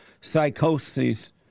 psychosis